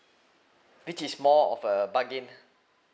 which is more of a bargain